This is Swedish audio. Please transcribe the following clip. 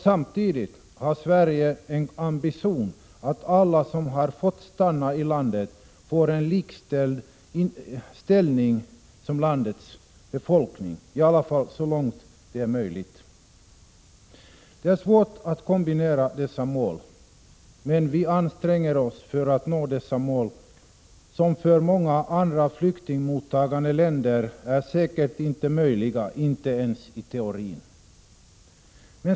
Samtidigt har Sverige en ambition att alla som har fått stanna i landet skall ha en med landets befolkning likvärdig ställning — i alla fall så långt det är möjligt. Det är svårt att kombinera dessa mål, men vi anstränger oss för att nå båda de mål som för många andra flyktingmottagande länder säkert inte är möjliga, inte ens i teorin.